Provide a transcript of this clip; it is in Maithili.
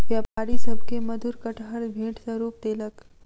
व्यापारी सभ के मधुर कटहर भेंट स्वरूप देलक